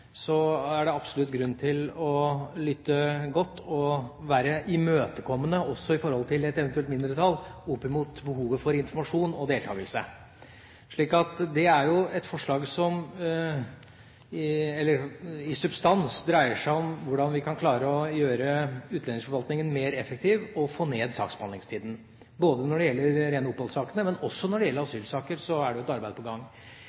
så er det absolutt grunn til å lytte godt og være imøtekommende også til et eventuelt mindretall for å oppfylle behovet for informasjon og deltakelse. Det er jo et forslag som i substans dreier seg om hvordan vi kan klare å gjøre utlendingsforvaltningen mer effektiv og få ned saksbehandlingstiden. Både når det gjelder de rene oppholdssakene, men også når det gjelder asylsaker, er det et arbeid på gang.